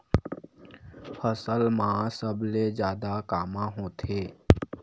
फसल मा सबले जादा कामा होथे?